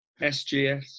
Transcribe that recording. SGS